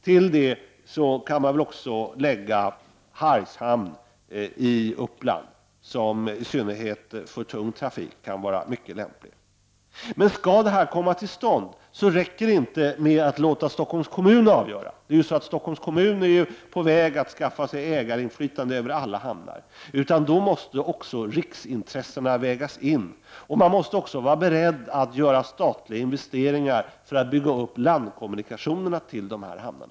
Till detta kan man också lägga Hargshamn i Uppland, som kan vara mycket lämplig i synnerhet för tung trafik. Men om detta skall komma till stånd räcker det inte med att låta Stockholms kommun avgöra. Stockholms kommun är ju på väg att skaffa sig ägarinflytande över alla hamnar. Om detta skall komma till stånd måste även riksintressena vägas in, och man måste vara beredd att göra statliga investeringar i syfte att bygga upp landkommunikationerna till dessa hamnar.